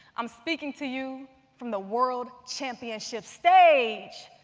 i'm speaking to you from the world championship stage.